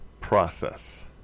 process